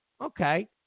Okay